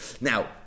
Now